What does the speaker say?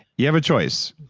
you have a choice,